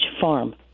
farm